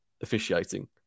officiating